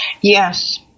Yes